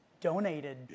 donated